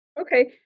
Okay